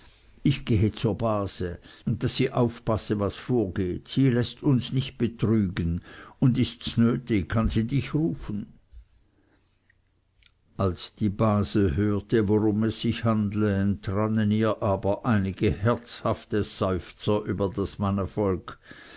ich gehe zur base daß sie aufpasse was vorgeht sie läßt uns nicht betrügen und ists nötig kann sie dich rufen als die base hörte worum es sich handle entrannen ihr aber einige herzhafte seufzer über das